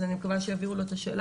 אז אני מקווה שיעבירו לו את השאלה,